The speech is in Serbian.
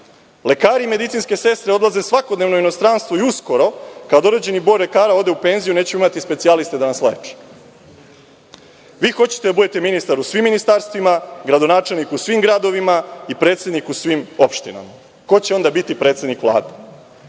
cenama. Lekari i medicinske sestre odlaze svakodnevno u inostranstvo i uskoro kada određeni broj lekara ode u penziju, nećemo imati specijaliste da nas leče. Vi hoćete da budete ministar u svim ministarstvima, gradonačelnik u svim gradovima i predsednik u svim opštinama. Ko će onda biti predsednik Vlade? Zašto